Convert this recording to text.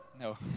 No